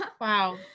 Wow